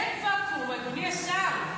אין ואקום, אדוני השר.